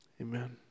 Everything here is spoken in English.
Amen